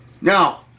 Now